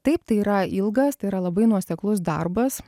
taip tai yra ilgas tai yra labai nuoseklus darbas